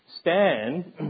stand